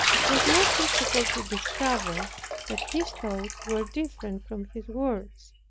it was not difficult to discover that his thoughts were different from his words,